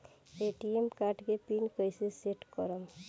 ATM card के PIN कैसे set करम?